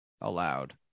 allowed